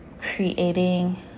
creating